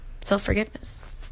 self-forgiveness